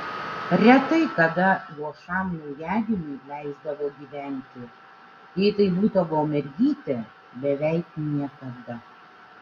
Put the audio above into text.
retai kada luošam naujagimiui leisdavo gyventi jei tai būdavo mergytė beveik niekada